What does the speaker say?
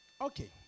Okay